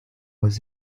was